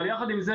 יחד עם זאת,